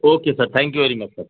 okay sir thank you very much sir